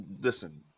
listen